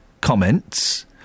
Comments